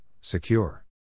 secure